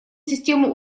систему